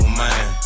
man